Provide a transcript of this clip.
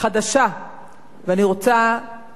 אני רוצה להסיר בפניהם את הכובע.